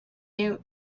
you